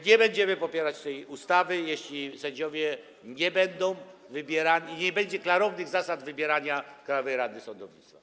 Nie będziemy popierać tej ustawy, jeśli sędziowie nie będą wybierani, jeśli nie będzie klarownych zasad wybierania Krajowej Rady Sądownictwa.